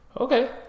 Okay